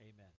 Amen